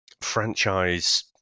franchise